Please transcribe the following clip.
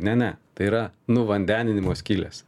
ne ne tai yra nuvandeninimo skylės